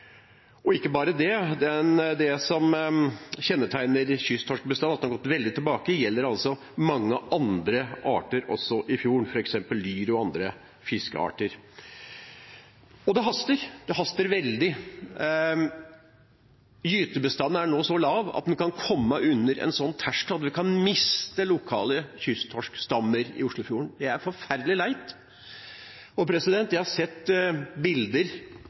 Og ikke bare det: Det som kjennetegner kysttorskbestanden, at den har gått veldig tilbake, gjelder også mange andre arter i fjorden, f.eks. lyr og andre fiskearter – og det haster, det haster veldig. Gytebestanden er nå så lav at den kan komme under en slik terskel at vi kan miste lokale kysttorskstammer i Oslofjorden. Det er forferdelig leit. Jeg har sett bilder